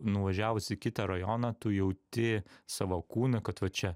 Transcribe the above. nuvažiavus į kitą rajoną tu jauti savo kūną kad va čia